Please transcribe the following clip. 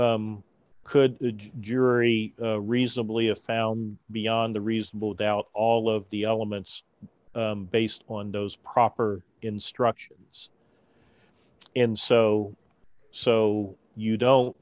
ould jury reasonably a found beyond a reasonable doubt all of the elements based on those proper instructions and so so you don't